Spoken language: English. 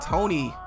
Tony